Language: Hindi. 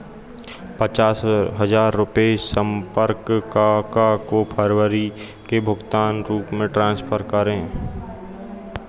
पचास हज़ार रुपये संपर्क काका को फरवरी के भुगतान के रूप में ट्रांसफर करें